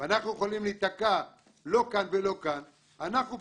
ואנחנו יכולים להיתקע לא כאן ולא כאן אנחנו,